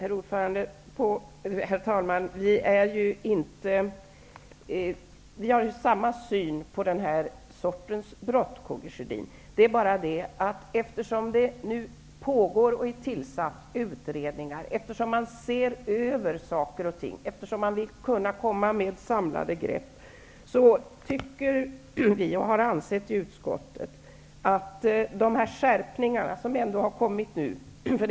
Herr talman! Vi har samma syn på den här sortens brott, Karl Gustaf Sjödin. Vi har i utskottet ansett att de skärpningar som har gjorts borde räcka tills vidare, eftersom det har tillsatts utredningar och eftersom man ser över saker och ting och vill kunna komma med samlade grepp.